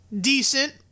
decent